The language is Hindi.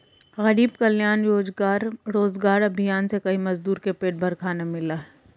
गरीब कल्याण रोजगार अभियान से कई मजदूर को पेट भर खाना मिला है